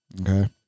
Okay